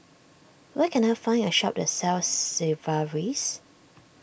where can I find a shop that sells Sigvaris